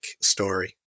story